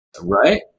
Right